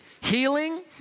Healing